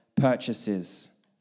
purchases